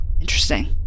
Interesting